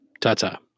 Ta-ta